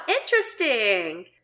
interesting